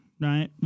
right